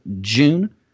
June